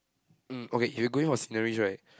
hmm okay you're going for sceneries right